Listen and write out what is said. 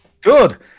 good